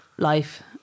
Life